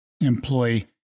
employee